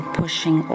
pushing